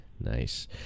nice